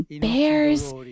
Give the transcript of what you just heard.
bears